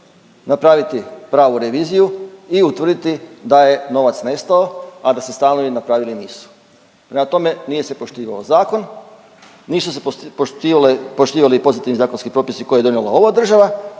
napraviti pravu reviziju i utvrditi da je novac nestao, a da se stanovi napravili nisu. Prema tome, nije se poštivao zakon, nisu se poštivali pozitivni zakonski propisi koje je donijela ova država